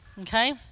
okay